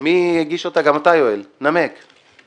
לעניין המיזוג של בקשת יושב ראש ועדת הפנים מטעם ועדת הפנים.